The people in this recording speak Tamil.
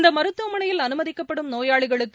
இந்தமருத்துவமளையில் அனுமதிக்கப்படும் நோயாளிகளுக்கு